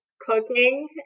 cooking